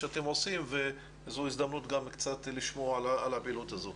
שאתם עושים וזו הזדמנות גם קצת לשמוע על הפעילות הזו.